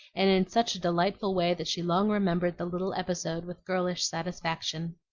and in such a delightful way that she long remembered the little episode with girlish satisfaction.